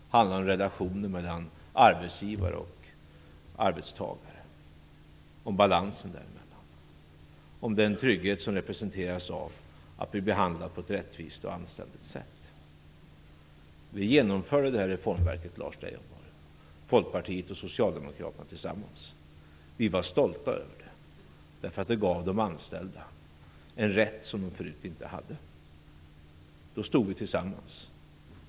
Det handlar om relationer mellan arbetsgivare och arbetstagare, balansen däremellan och den trygghet som representeras av att bli behandlad på ett rättvist och anständigt sätt. Vi genomförde det reformverket, Lars Leijonborg, Folkpartiet och Socialdemokraterna tillsammans. Vi var stolta över det därför att det gav de anställda en rätt som de förut inte hade. Då stod vi tillsammans.